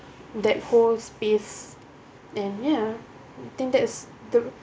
that whole space and ya I think that's the